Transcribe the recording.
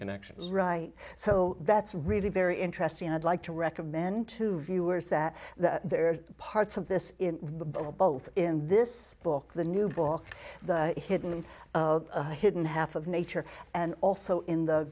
connections right so that's really very interesting i'd like to recommend to viewers that that there are parts of this in the bible both in this book the new book the hidden and hidden half of nature and also in the